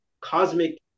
cosmic